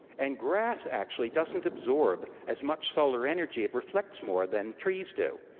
and grass actually doesn't absorb as much solar energy, it reflects more than trees do.